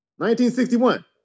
1961